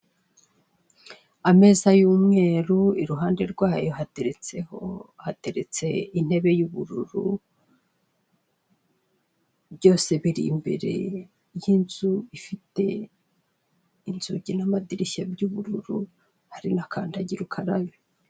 Ameza y'umweru iruhande rwayo hateretseho hateretse intebe y'ubururu byose biri imbere y'inzu ifite inzugi n'amadirishya by'ubururu hari nakandagira ukarabe.